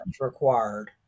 required